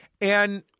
And-